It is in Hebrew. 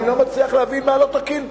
אני לא מצליח להבין מה לא תקין פה.